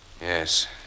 Yes